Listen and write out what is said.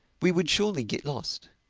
we would surely get lost.